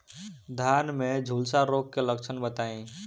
धान में झुलसा रोग क लक्षण बताई?